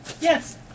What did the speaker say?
Yes